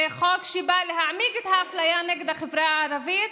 זה חוק שבא להעמיק את האפליה נגד החברה הערבית,